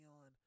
on